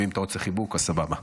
אם אתה רוצה חיבוק, אז סבבה.